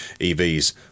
evs